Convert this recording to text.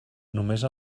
només